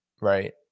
right